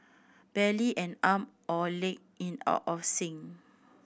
barely an arm or leg in out of sync